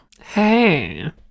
hey